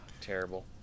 Terrible